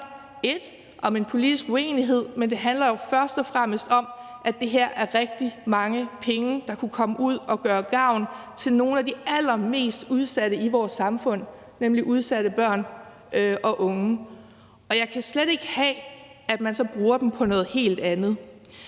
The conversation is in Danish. Det handler bl.a. om en politisk uenighed, men det handler jo først og fremmest om, at det her er rigtig mange penge, der kunne komme ud og gøre gavn for nogle af de allermest udsatte i vores samfund, nemlig udsatte børn og unge. Jeg kan slet ikke have, at man så bruger dem på noget helt andet.